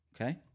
Okay